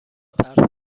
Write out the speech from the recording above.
ترس